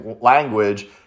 language